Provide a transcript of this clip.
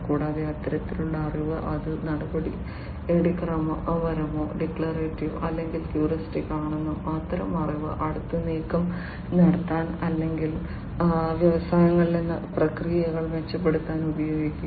കൂടാതെ അത്തരത്തിലുള്ള അറിവ് അത് നടപടിക്രമപരമോ ഡിക്ലറേറ്റീവ് അല്ലെങ്കിൽ ഹ്യൂറിസ്റ്റിക് ആണെങ്കിലും അത്തരം അറിവ് അടുത്ത നീക്കം നടത്താൻ അല്ലെങ്കിൽ വ്യവസായങ്ങളിലെ പ്രക്രിയകൾ മെച്ചപ്പെടുത്താൻ ഉപയോഗിക്കും